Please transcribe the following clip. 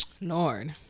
Lord